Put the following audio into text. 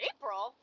April